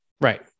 Right